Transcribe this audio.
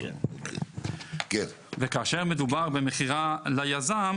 כאשר מדובר במכירה ליזם,